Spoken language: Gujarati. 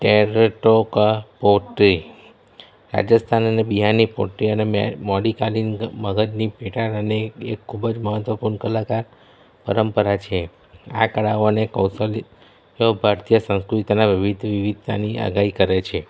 ટેરેટોકાં પોટરી રાજસ્થાન અને બિહારની પોટરી અને મધ્યકાલીન મગધની પેટાળ અને ખૂબ જ મહત્વપૂર્ણ કલાકાર પરંપરા છે આ કળાઓને કૌશલ્યો ભારતીય સંસ્કૃતિના વિવિધ વિવિધતાની આગાહી કરે છે